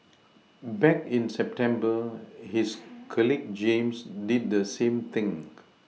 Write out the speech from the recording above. back in September his colleague James did the same thing